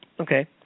Okay